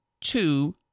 two